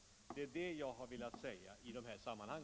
Det är detta jag velat peka på i detta sammanhang.